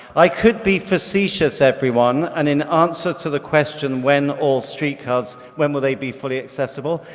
i could be facetious everyone and in answer to the question when all streetcars, when will they be fully accessible,